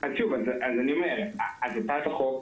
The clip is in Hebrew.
שוב, אז אני אומר, בהצעת החוק,